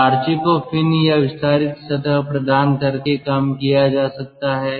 तो RG को fin या विस्तारित सतह प्रदान करके कम किया जा सकता है